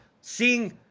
seeing